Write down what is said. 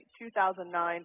2009